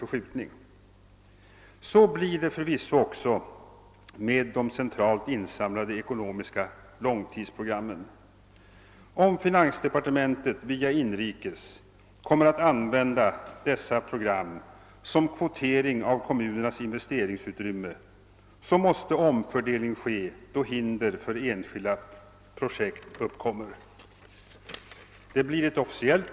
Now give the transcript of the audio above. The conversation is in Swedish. För kommunalmannen är den närmast föregående årssumman det mest intressanta. Och då bygger han på erfarenheterna från de närmast föregående åren och det utrymme han hoppas få i framtiden. Om vi nu håller oss bara till investeringsvolymen, är den en ganska stadig formel för de framtida behoven, men det är summan det gäller.